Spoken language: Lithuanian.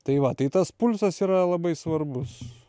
tai va tai tas pulsas yra labai svarbus